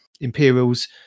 imperials